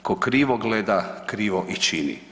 Tko krivo gleda krivo i čini.